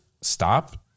stop